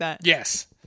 Yes